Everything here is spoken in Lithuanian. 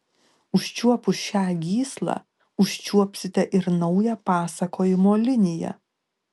užčiuopus šią gyslą užčiuopsite ir naują pasakojimo liniją